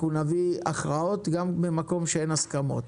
אנחנו נביא הכרעות גם במקום שאין הסכמות.